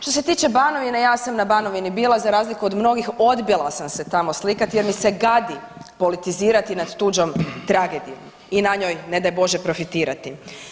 Što se tiče Banovine, ja sam na Banovini bila, za razliku od mnogih, odbila sam se tamo slikati, jer mi se gadi politizirati nad tuđom tragedijom i na njoj, ne daj Bože, profitirati.